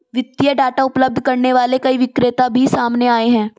वित्तीय डाटा उपलब्ध करने वाले कई विक्रेता भी सामने आए हैं